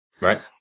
Right